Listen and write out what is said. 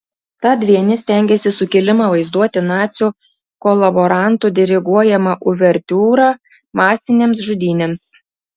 tad vieni stengiasi sukilimą vaizduoti nacių kolaborantų diriguojama uvertiūra masinėms žudynėms